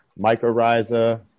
Mycorrhiza